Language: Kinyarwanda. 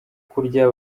kurya